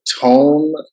tone